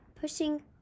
pushing